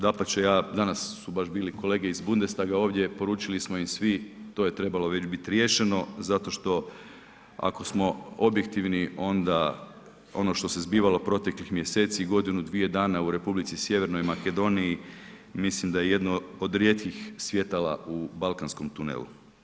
Dapače, ja danas su baš bili kolege iz Bundestaga ovdje, poručili smo im svi to je trebalo već biti riješeno zato što ako smo objektivni onda ono što se zbivali proteklih mjeseci i godinu dvije dana u Republici Sjevernoj Makedoniji, mislim da je jedno od rijetkih svjetala u balkanskom tunelu.